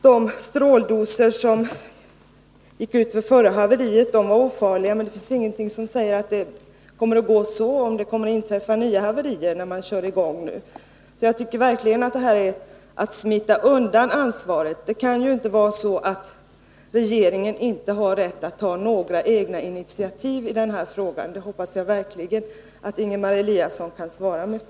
De stråldoser som gick ut vid det förra haveriet var visserligen ofarliga, men det är ingenting som säger att det går så, om det inträffar nya haverier när man nu kör i gång igen. Jag tycker verkligen att regeringen smiter undan från sitt ansvar. Det kan inte vara så att regeringen inte har rätt att ta några egna initiativ i denna fråga — det hoppas jag verkligen att Ingemar Eliasson kan svara mig på.